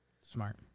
Smart